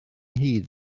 hyd